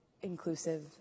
inclusive